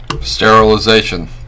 Sterilization